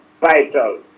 vital